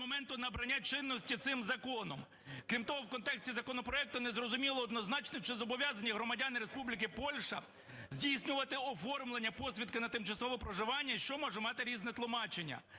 Крім того, в контексті законопроекту не зрозуміло однозначно чи зобов'язані громадяни Республіки Польща здійснювати оформлення посвідки на тимчасове проживання, що може мати різне тлумачення.